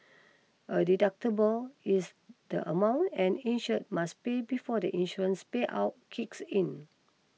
a deductible is the amount an insured must pay before the insurance payout kicks in